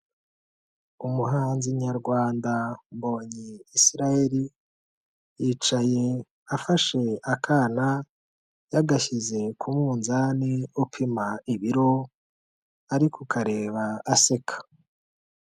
Umuhanzi nyarwanda Mbonyi Isirael, yicaye afashe akana yagashyize ku munzani upima ibiro, ari kukareba aseka.